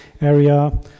area